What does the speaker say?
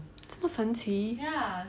这么神奇